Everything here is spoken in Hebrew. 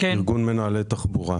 מנהלי תחבורה.